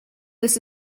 this